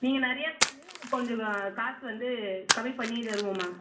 நீங்கள் நிறையா கொஞ்சம் காசு வந்து கம்மி பண்ணியே தருவோம் மேம்